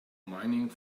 mining